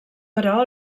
però